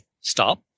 stop